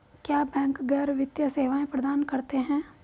क्या बैंक गैर वित्तीय सेवाएं प्रदान करते हैं?